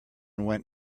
went